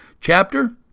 chapter